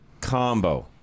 combo